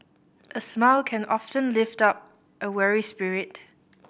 a smile can often lift up a weary spirit